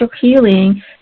healing